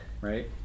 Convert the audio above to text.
Right